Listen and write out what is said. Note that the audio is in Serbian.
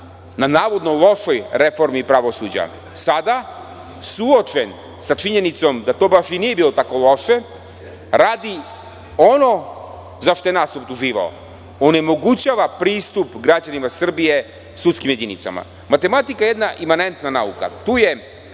na navodno lošoj reformi pravosuđa. Sada suočen sa činjenicom da to baš i nije bilo tako loše radi ono za šta je nas optuživao, onemogućava pristup građanima Srbije sudskim jedinicama. Matematika je jedna imanentna nauka tu je